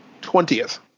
Twentieth